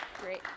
Great